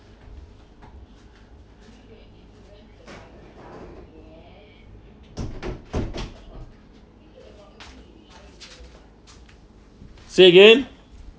say again